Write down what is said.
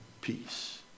peace